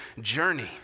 journey